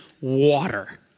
water